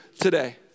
today